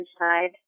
inside